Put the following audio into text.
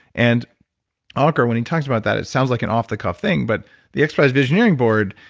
and ah ankur, when he talks about that, it sounds like an off the cuff thing, but the xprize visioneering board.